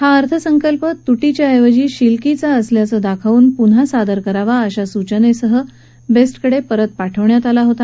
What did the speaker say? हा अर्थसंकल्प तुटीच्या ऐवजी शिलकीचा असल्याचे दाखवून पुन्हा सादर करावा अशा सूचनेसह बेस्टकडे परत पाठवण्यात आला होता